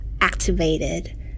activated